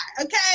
okay